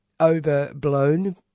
overblown